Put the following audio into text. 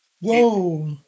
whoa